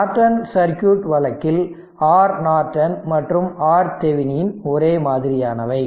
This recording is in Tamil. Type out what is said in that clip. நார்டன் சர்க்யூட் வழக்கில் R நார்டன் மற்றும் Rதெவெனின் ஒரே மாதிரியானவை